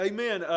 Amen